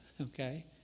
okay